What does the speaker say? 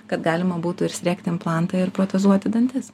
kad galima būtų ir sriegti implantą ir protezuoti dantis